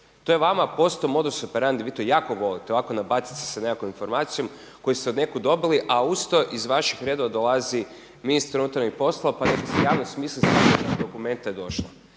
to je vama postao „modus operandi“ vi to jako volite ovako nabaciti se sa nekakvom informacijom koju ste od nekud dobili a uz to iz vaših redova dolazi ministar unutarnjih poslova pa …/Govornik se ne razumije./… dokumenta došlo.